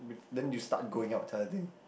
but then you start growing out I think